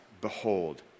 behold